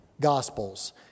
Gospels